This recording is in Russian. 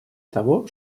того